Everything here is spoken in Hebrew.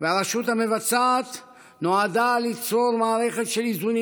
והרשות המבצעת נועדה ליצור מערכת של איזונים